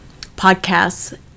podcasts